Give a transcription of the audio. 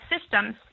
systems